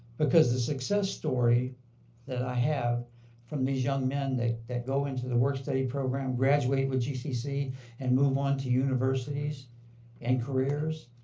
because the success story that i have from these young men that go into the work-study program, graduate with gcc and move on to universities and careers,